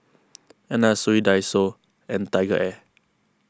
Anna Sui Daiso and TigerAir